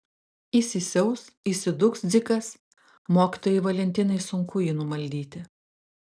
įsisiaus įsidūks dzikas mokytojai valentinai sunku jį numaldyti